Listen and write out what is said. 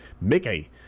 Mickey